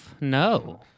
no